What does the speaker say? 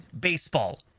baseball